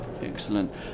Excellent